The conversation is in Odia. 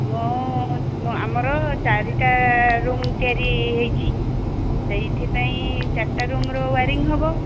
ମୁଁ ଆମର ଚାରିଟା ରୁମ୍ ତିଆରି ହୋଇଛି ସେଇଥିପାଇଁ ଚାରିଟା ରୁମ୍ର ୱାୟରିଙ୍ଗ୍ ହେବ